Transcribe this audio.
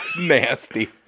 nasty